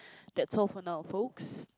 that's all for now folks